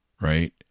right